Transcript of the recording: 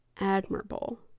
admirable